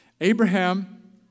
Abraham